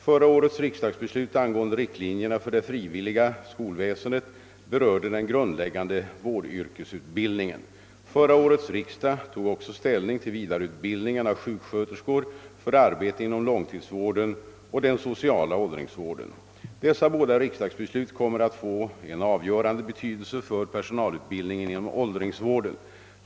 Förra årets riksdagsbeslut angående riktlinjerna för det frivilliga skolväsendet berörde den grundläggande vårdyrkesutbildningen. Förra årets riksdag tog ock så ställning till vidareutbildningen av sjuksköterskor för arbete inom långtidsvården och den sociala åldringsvården. Dessa båda riksdagsbeslut kommer att få en avgörande betydelse för personalutbildningen inom åldringsvården.